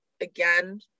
again